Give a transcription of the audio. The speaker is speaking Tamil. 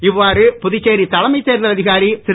இவ்வாறு புதுச்சேரி தலைமை தேர்தல் அதிகாரி திரு